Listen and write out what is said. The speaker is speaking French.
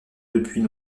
depuis